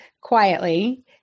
quietly